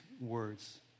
words